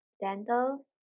dental